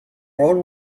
world